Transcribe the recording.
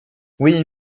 oui